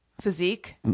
Physique